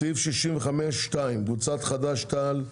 סעיף 65(2), קבוצת חד"ש-תע"ל,